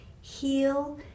heal